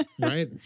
Right